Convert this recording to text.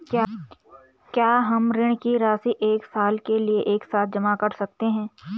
क्या हम ऋण की राशि एक साल के लिए एक साथ जमा कर सकते हैं?